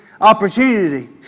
opportunity